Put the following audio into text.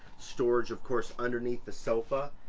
storage of course underneath the sofa,